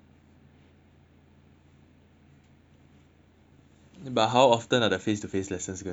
but how often are the face to face lessons gonna be